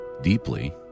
deeply